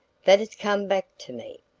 that it's come back to me!